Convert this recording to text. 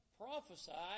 prophesied